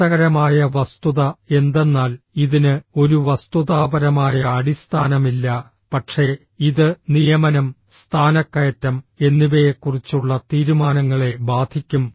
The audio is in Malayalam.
രസകരമായ വസ്തുത എന്തെന്നാൽ ഇതിന് ഒരു വസ്തുതാപരമായ അടിസ്ഥാനമില്ല പക്ഷേ ഇത് നിയമനം സ്ഥാനക്കയറ്റം എന്നിവയെക്കുറിച്ചുള്ള തീരുമാനങ്ങളെ ബാധിക്കും